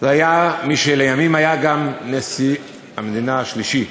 היה מי שלימים היה גם נשיא המדינה השלישי,